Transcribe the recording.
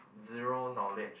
zero knowledge